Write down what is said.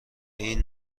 این